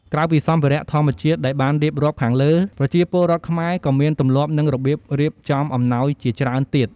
ក្រៅពីសម្ភារៈធម្មជាតិដែលបានរៀបរាប់ខាងលើ ប្រជាពលរដ្ឋខ្មែរក៏មានទម្លាប់ និងរបៀបរៀបចំអំណោយជាច្រើនទៀត។